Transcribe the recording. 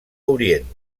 orient